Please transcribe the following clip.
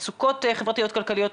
מצוקות חברתיות כלכליות,